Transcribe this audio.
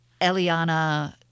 Eliana